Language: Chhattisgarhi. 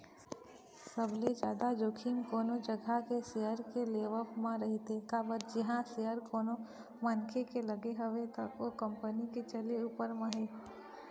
सबले जादा जोखिम कोनो जघा के सेयर के लेवब म रहिथे काबर जिहाँ सेयर कोनो मनखे के लगे हवय त ओ कंपनी के चले ऊपर म हे